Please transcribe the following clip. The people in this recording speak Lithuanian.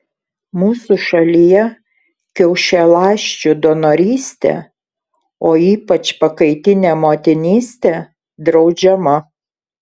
mūsų šalyje kiaušialąsčių donorystė o ypač pakaitinė motinystė draudžiama